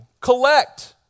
Collect